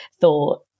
thought